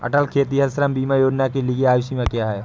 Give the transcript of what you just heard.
अटल खेतिहर श्रम बीमा योजना के लिए आयु सीमा क्या है?